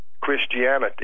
Christianity